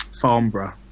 Farnborough